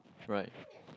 right